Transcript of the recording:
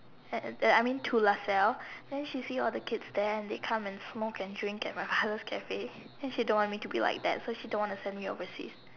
and at I mean to Lasalle then she see all the kids there and they come smoke and drink at my mother's Cafe then she don't want me like that so she don't want to send me overseas